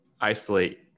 isolate